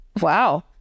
wow